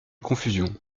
confusion